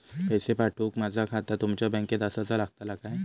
पैसे पाठुक माझा खाता तुमच्या बँकेत आसाचा लागताला काय?